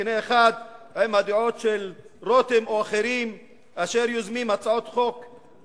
בקנה אחד עם הדעות של רותם או אחרים אשר יוזמים כל יום